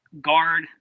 guard